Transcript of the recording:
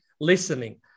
listening